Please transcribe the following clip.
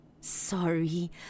Sorry